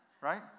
Right